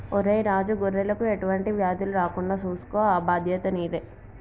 ఒరై రాజు గొర్రెలకు ఎటువంటి వ్యాధులు రాకుండా సూసుకో ఆ బాధ్యత నీదే